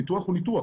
ניתוח הוא ניתוח,